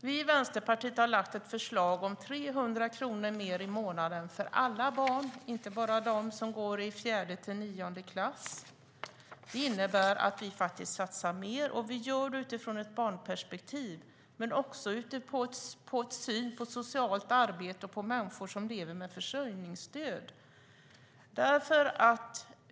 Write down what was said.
Vi i Vänsterpartiet har lagt ett förslag om 300 kronor mer i månaden för alla barn - inte bara för dem som går i fjärde till nionde klass. Det innebär att vi faktiskt satsar mer, och vi gör det utifrån ett barnperspektiv men också utifrån en syn på socialt arbete och på människor som lever med försörjningsstöd.